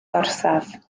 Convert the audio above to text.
gorsaf